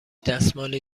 دستمالی